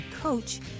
Coach